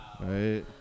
Right